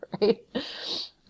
right